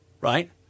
right